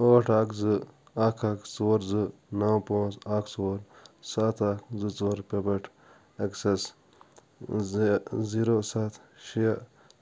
ٲٹھ اکھ زٕ اکھ اکھ ژور زٕ نو پانٛژھ اکھ ژور ستھ اکھ زٕ ژور پٮ۪ٹھ ایکسس زیٖرو سَتھ شےٚ